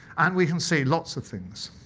and we can see lots of things.